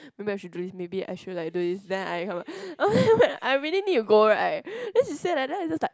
maybe I should do this maybe I should like do this then I I really need to go right then she say like then it's just like